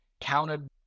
counted